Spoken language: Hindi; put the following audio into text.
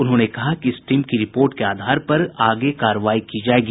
उन्होंने कहा कि इस टीम की रिपोर्ट के आधार पर आगे कार्रवाई की जायेगी